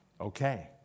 Okay